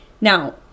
Now